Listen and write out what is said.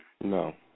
No